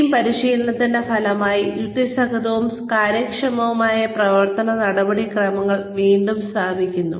team പരിശീലനത്തിന്റെ ഫലമായി യുക്തിസഹവും കാര്യക്ഷമവുമായ പ്രവർത്തന നടപടിക്രമങ്ങൾ വീണ്ടും സ്ഥാപിക്കപ്പെടുന്നു